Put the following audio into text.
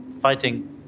fighting